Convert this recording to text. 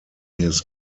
his